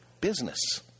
business